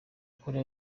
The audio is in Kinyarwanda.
korea